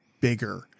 bigger